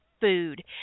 food